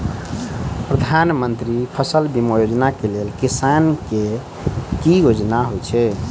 प्रधानमंत्री फसल बीमा योजना केँ लेल किसान केँ की योग्यता होइत छै?